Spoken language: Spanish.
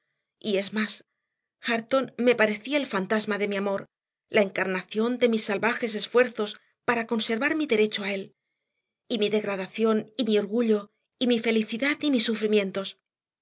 perdido y es más hareton me parecía el fantasma de mi amor la encarnación de mis salvajes esfuerzos para conservar mi derecho a él y mi degradación y mi orgullo y mi felicidad y mis sufrimientos